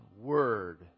Word